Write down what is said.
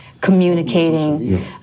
communicating